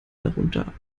darunter